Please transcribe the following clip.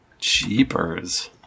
Cheapers